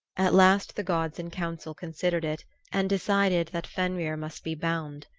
at last the gods in council considered it and decided that fenrir must be bound.